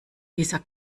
dieser